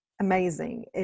amazing